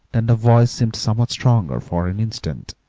then the voice seemed somewhat stronger for an instant,